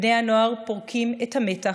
בני הנוער פורקים את המתח,